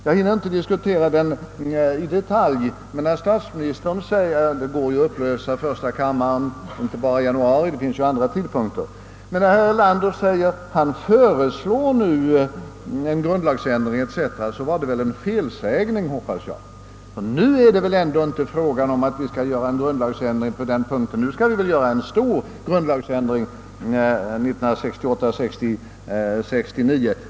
Jag hinner inte diskutera den i detalj, men när statsministern säger — det går ju att upplösa första kammaren inte bara i januari utan även vid andra tidpunkter — att han vill föreslå en grundlagsändring etc., så hoppas jag att det var en felsägning. Nu är det väl ändå inte fråga om en grundlagsändring på den här punkten, utan avsikten är väl att vi skall genomföra en stor enkammarreform 1968—1969.